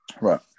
Right